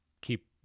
keep